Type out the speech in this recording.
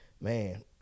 man